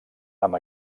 amb